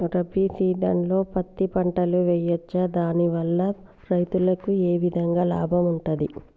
రబీ సీజన్లో పత్తి పంటలు వేయచ్చా దాని వల్ల రైతులకు ఏ విధంగా లాభం ఉంటది?